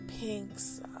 Pinks